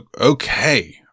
okay